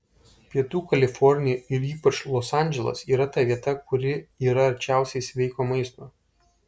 pietų kalifornija ir ypač los andželas yra ta vieta kuri yra arčiausiai sveiko maisto